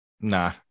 Nah